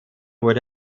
wurde